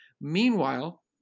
Meanwhile